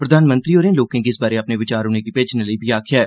प्रधानमंत्री होरें लोकें गी इस बारै अपने विचार उनेंगी भेजने लेई बी आक्खेया ऐ